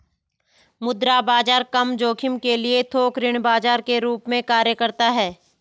मुद्रा बाजार कम जोखिम के लिए थोक ऋण बाजार के रूप में कार्य करता हैं